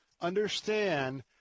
understand